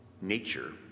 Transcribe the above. nature